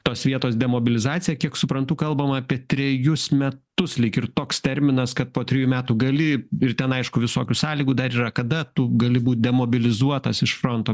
tos vietos demobilizacija kiek suprantu kalbama apie trejus metus lyg ir toks terminas kad po trijų metų gali ir ten aišku visokių sąlygų dar yra kada tu gali būt demobilizuotas iš fronto